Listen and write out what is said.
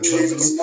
Jesus